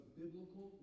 biblical